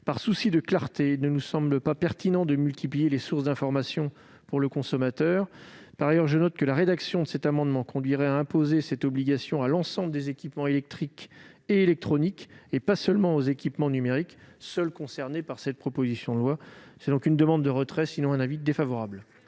Par souci de clarté, il ne nous semble pas pertinent de multiplier les sources d'information pour le consommateur. Par ailleurs, je note que la rédaction de cet amendement conduirait à imposer cette obligation à l'ensemble des équipements électriques et électroniques, et pas seulement aux équipements numériques, seuls concernés par cette proposition de loi. La commission demande donc le retrait de cet amendement